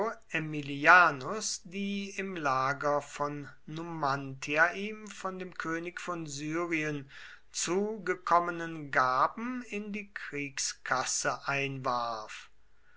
aemilianus die im lager vor numantia ihm von dem könig von syrien zugekommenen gaben in die kriegskasse einwarf